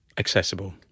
Accessible